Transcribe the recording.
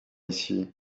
ici